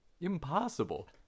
Impossible